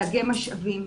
לאגם משאבים.